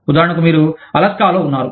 ఉదాహరణకు మీరు అలాస్కాలో ఉన్నారు